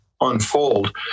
unfold